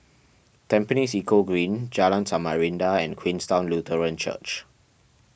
Tampines Eco Green Jalan Samarinda and Queenstown Lutheran Church